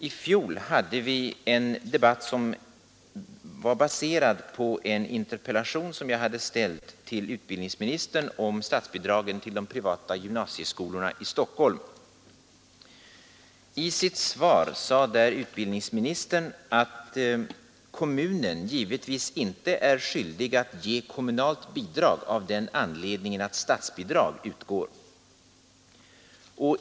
I fjol hade vi en debatt som var baserad på en interpellation som jag hade riktat till utbildningsministern om statsbidrag till de privata gymnasieskolorna i Stockholm. I sitt svar sade utbildningsministern att kommunen givetvis inte är skyldig att ge kommunalt bidrag av den anledningen att statsbidrag utgår.